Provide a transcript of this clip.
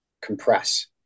compress